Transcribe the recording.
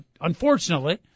Unfortunately